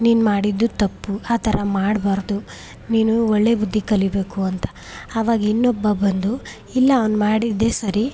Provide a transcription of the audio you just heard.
ನೀನು ಮಾಡಿದ್ದು ತಪ್ಪು ಆ ಥರ ಮಾಡಬಾರ್ದು ನೀನು ಒಳ್ಳೆ ಬುದ್ದಿ ಕಲಿಬೇಕು ಅಂತ ಆವಾಗ ಇನ್ನೊಬ್ಬ ಬಂದು ಇಲ್ಲ ಅವ್ನು ಮಾಡಿದ್ದೇ ಸರಿ